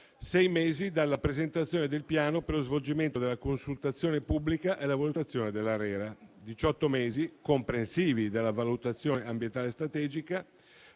sei mesi dalla presentazione del piano per lo svolgimento della consultazione pubblica e la valutazione dell'ARERA; diciotto mesi, comprensivi della valutazione ambientale strategica,